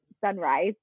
sunrise